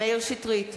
מאיר שטרית,